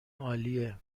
عالیه